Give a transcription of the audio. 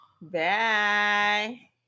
bye